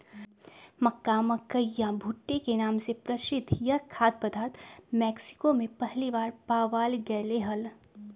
मक्का, मकई या भुट्टे के नाम से प्रसिद्ध यह खाद्य पदार्थ मेक्सिको में पहली बार पावाल गयले हल